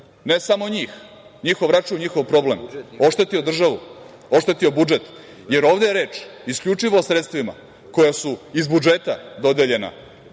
ne samo njih, njihov račun, njihov problem, oštetio državu, oštetio budžet? Ovde je reč isključivo o sredstvima koja su iz budžeta dodeljena